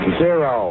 zero